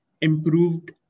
improved